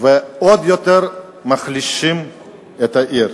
ועוד יותר מחלישים את העיר.